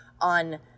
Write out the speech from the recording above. on